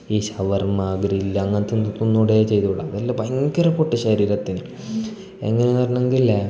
ഈ ഷവർമ്മ ഗ്രില്ല് അങ്ങനത്തെ ഒന്നും തിന്നൂടേ ചെയ്തൂട അതെല്ലാം ഭയങ്കര പൊട്ടാ ശരീരത്തിന് എങ്ങനെന്ന് പറഞ്ഞെങ്കിൽ